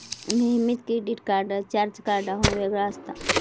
नियमित credit card charge कार्डाहुन वेगळा असता